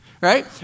right